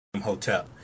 hotel